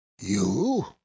You